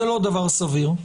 זה לא דבר סביר.